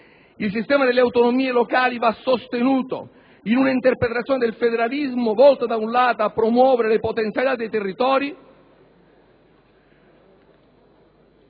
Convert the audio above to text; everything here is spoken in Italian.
Il sistema delle autonomie locali va sostenuto in una interpretazione del federalismo volta da un lato a promuovere le potenzialità dei territori